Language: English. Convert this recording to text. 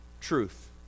truth